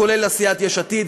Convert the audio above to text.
כולל סיעת יש עתיד,